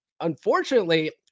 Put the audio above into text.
unfortunately